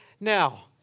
Now